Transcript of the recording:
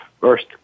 First